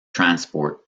transport